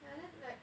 and then like